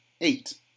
eight